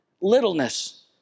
littleness